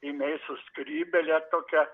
jinai su skrybėle tokia